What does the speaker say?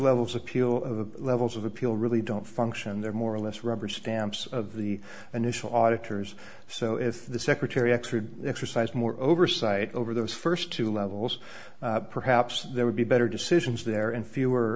levels appeal levels of appeal really don't function they're more or less rubber stamps of the initial auditors so if the secretary extra exercise more oversight over those first two levels perhaps there would be better decisions there and fewer